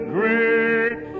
Great